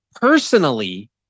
Personally